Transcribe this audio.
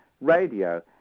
radio